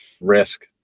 risk